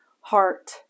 heart